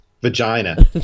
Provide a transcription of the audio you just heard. vagina